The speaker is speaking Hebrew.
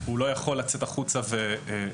הוא לא יכול לצאת החוצה ולעבוד.